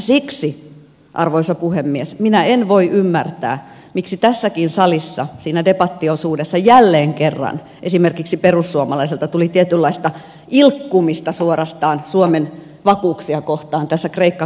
siksi arvoisa puhemies minä en voi ymmärtää miksi tässäkin salissa debattiosuudessa jälleen kerran esimerkiksi perussuomalaisilta tuli suorastaan tietynlaista ilkkumista suomen vakuuksia kohtaan tässä kreikka kakkospaketissa